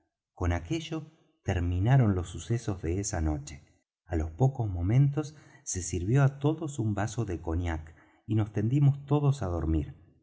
con aquello terminaron los sucesos de esa noche á pocos momentos se sirvió á todos un vaso de cognac y nos tendimos todos á dormir